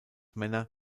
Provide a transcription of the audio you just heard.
männer